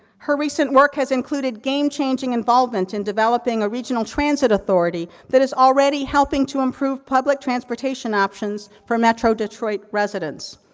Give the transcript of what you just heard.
her recent work has included game-changing involvement in developing a regional transit authority that is already helping to improve public transportation options for metro-detroit residence.